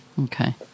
Okay